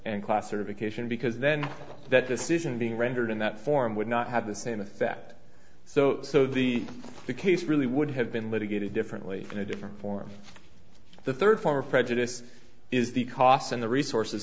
and classification because then that decision being rendered in that form would not have the same effect so so the case really would have been litigated differently in a different form the third form of prejudice is the costs and the resources